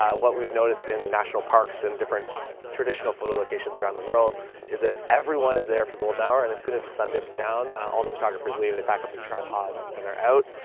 um what we've noticed in national parks in different traditional photo locations around the world is that everyone is there for golden hour and as soon as the sun dips down, all the photographers leave, they pack up their tripods and they're out.